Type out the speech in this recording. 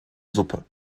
suppe